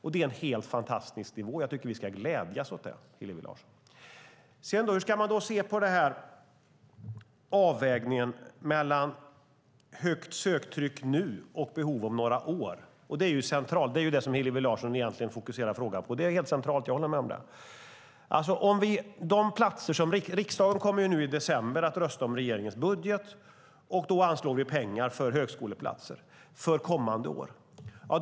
Det är en helt fantastisk nivå, och jag tycker att vi ska glädjas åt det. Hur ska man sedan se på avvägningen mellan högt söktryck nu och behovet om några år? Det är detta som Hillevi Larssons interpellation egentligen fokuserar på. Det är helt centralt. Jag håller med om det. Riksdagen kommer nu i december att rösta om regeringens budget. Då anslår vi pengar för högskoleplatser för kommande år.